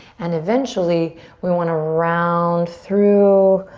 and eventually we wanna round through,